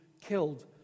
killed